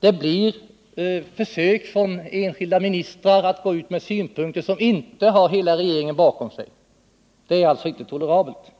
Det blir försök från enskilda ministrar att föra fram synpunkter som inte hela regeringen står bakom. Detta är inte tolerabelt.